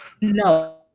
No